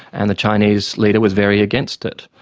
and the chinese leader was very against it.